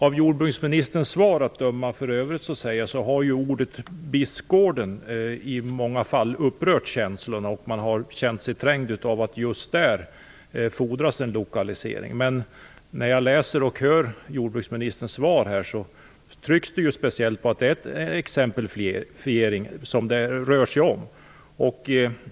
Av jordbruksministerns svar att döma har namnet Bispgården i många fall upprört känslorna, och man har känt sig trängd av att det just där fordras en lokalisering. Men i jordbruksministerns svar trycks det speciellt på att det rör sig om en exemplifiering.